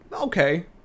okay